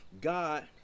God